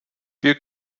wir